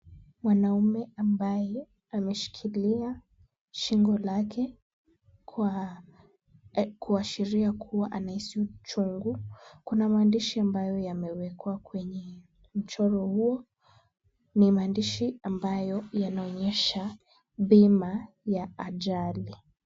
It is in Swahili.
Mwanaume ambaye ameshikilia shingo lake kuashiria kuwa anahisi uchungu. Kuna maandishi ambayo yamewekwa kwenye mchoro huo. Ni maandishi ambayo yanaonyesha bima ya ajali.